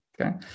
Okay